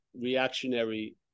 reactionary